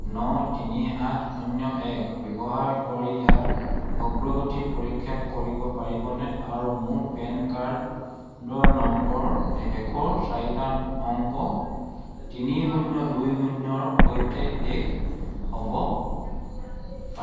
ন তিনি সাত শূন্য এক ব্যৱহাৰ কৰি ইয়াৰ অগ্ৰগতি পৰীক্ষা কৰিব পাৰিবনে আৰু মোৰ পেন কাৰ্ডৰ নম্বৰ শেষৰ চাৰিটা অংক তিনি শূন্য দুই শূন্যৰ সৈতে শেষ হ'ব পাৰিব